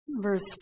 Verse